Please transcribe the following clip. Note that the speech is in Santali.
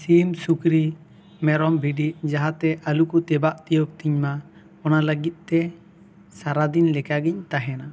ᱥᱤᱢ ᱥᱩᱠᱨᱤ ᱢᱮᱨᱚᱢ ᱵᱷᱤᱰᱤ ᱡᱟᱦᱟᱸ ᱛᱮ ᱟᱞᱚ ᱠᱚ ᱛᱮᱵᱟᱫ ᱛᱤᱭᱟᱹᱜᱽ ᱛᱤᱧ ᱢᱟ ᱚᱱᱟ ᱞᱟᱹᱜᱤᱫ ᱛᱮ ᱥᱟᱨᱟ ᱫᱤᱱ ᱞᱮᱠᱟ ᱜᱤᱧ ᱛᱟᱦᱮᱱᱟ